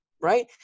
right